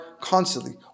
constantly